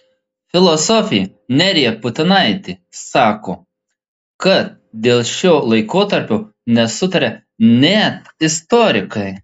filosofė nerija putinaitė sako kad dėl šio laikotarpio nesutaria net istorikai